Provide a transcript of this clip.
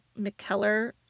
McKellar